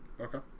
Okay